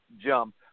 jump